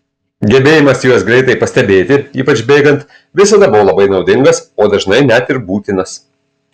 gebėjimas juos greitai pastebėti ypač bėgant visada buvo labai naudingas o dažnai net ir būtinas